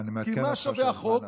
אני מעדכן אותך שהזמן אזל.